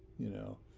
you know,